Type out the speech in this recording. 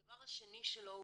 הדבר השני שלא הוגדר,